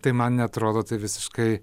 tai man neatrodo tai visiškai